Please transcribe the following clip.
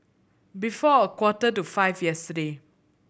before a quarter to five yesterday